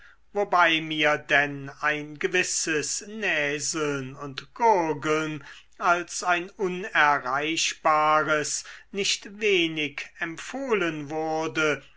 wobei mir denn ein gewisses näseln und gurgeln als ein unerreichbares nicht wenig empfohlen wurde